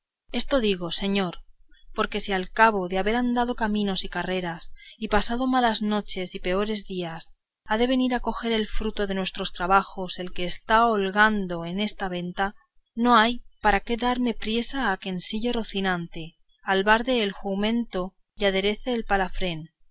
esto digo señor porque si al cabo de haber andado caminos y carreras y pasado malas noches y peores días ha de venir a coger el fruto de nuestros trabajos el que se está holgando en esta venta no hay para qué darme priesa a que ensille a rocinante albarde el jumento y aderece al